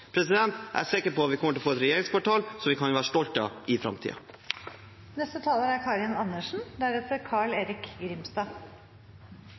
byggefase. Jeg er sikker på at vi kommer til å få et regjeringskvartal som vi kan være stolte av i framtiden. Vi må dessverre bygge nytt regjeringskvartal. Grunnen til at vi gjør det, kjenner alle, og da er